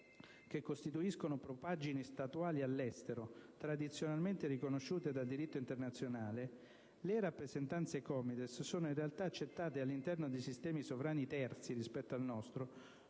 che costituiscono propaggini statuali all'estero tradizionalmente riconosciute dal diritto internazionale, le rappresentanze COMITES sono in realtà accettate all'interno di sistemi sovrani terzi rispetto al nostro